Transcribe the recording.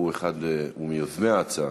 שהוא מיוזמי ההצעה.